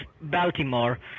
Baltimore